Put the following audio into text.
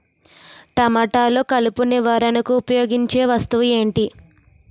టమాటాలో కలుపు నివారణకు ఉపయోగించే వస్తువు ఏంటి?